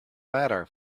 matter